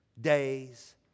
days